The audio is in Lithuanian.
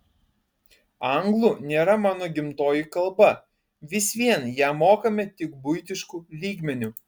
anglų nėra mano gimtoji kalba vis vien ją mokame tik buitišku lygmeniu